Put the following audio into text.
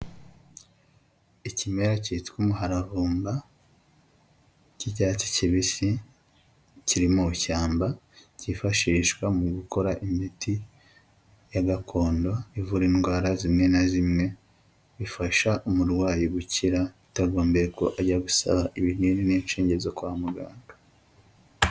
Ikimera cyitwa umuhararumba cy'icyatsi kibisi kiri mu ishyamba cyifashishwa mu gukora imiti ya gakondo ivura indwara zimwe na zimwe bifasha umurwayi gukira utagombye ko ajyagusa ibinini n'inshinge zo kwa muganga.